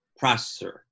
processor